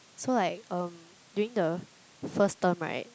so like um during the first term right